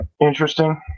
Interesting